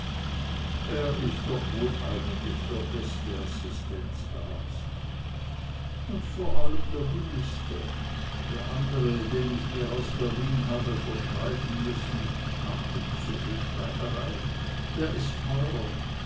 er ist doch wohl eigentlich der beste assistenzarzt und vor allem der billigste der andre den ich mir aus berlin habe verschreiben müssen ach und soviel schreiberei der ist teurer